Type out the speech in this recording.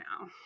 now